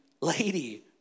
lady